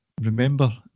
remember